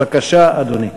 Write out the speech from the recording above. בבקשה, אדוני.